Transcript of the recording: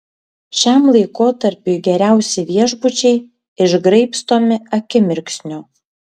šiam laikotarpiui geriausi viešbučiai išgraibstomi akimirksniu